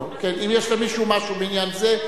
האם יש למישהו משהו בעניין זה?